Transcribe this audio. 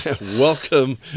Welcome